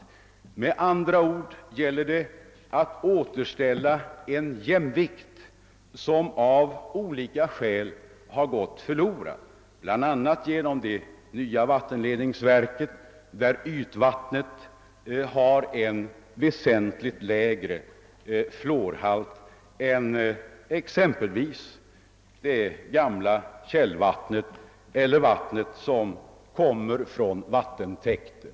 Det gäller med andra ord att återställa en jämvikt som av olika skäl har gått förlorad, bl.a. genom nya vattenreningsverk där ytvattnet har en väsentligt lägre fluorhalt än exempelvis det gamla källvattnet eller det vatten som kommer från vattentäkter.